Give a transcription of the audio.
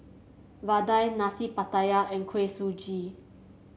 vadai Nasi Pattaya and Kuih Suji